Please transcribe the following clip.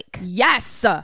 yes